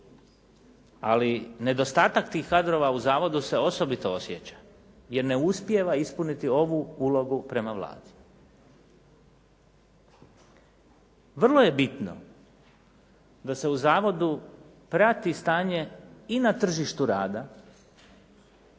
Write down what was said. ali nedostatak tih kadrova u zavodu se osobito osjeća jer ne uspijeva učiniti ovu ulogu prema Vladi. Vrlo je bitno da se u zavodu prati stanje i na tržištu rada,